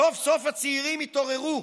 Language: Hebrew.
סוף-סוף הצעירים התעוררו.